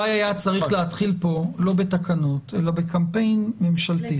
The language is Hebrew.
אולי היה צריך להתחיל כאן לא בתקנות אלא בקמפיין ממשלתי.